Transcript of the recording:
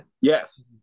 Yes